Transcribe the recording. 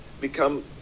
become